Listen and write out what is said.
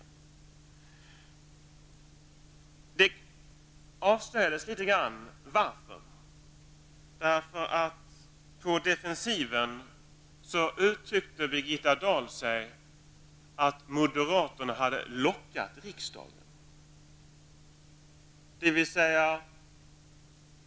I någon mån framgick det också varför hon inte gör det. På defensiven uttryckte Birgitta Dahl det så att moderaterna ''hade lockat'' riksdagen att göra detta uttalande.